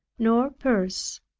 nor purse.